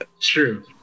True